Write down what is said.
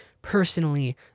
personally